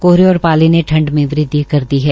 कोहरे और पाले ने ठंड में वृदवि कर दी है